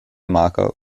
marke